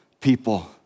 people